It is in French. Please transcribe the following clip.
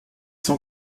sont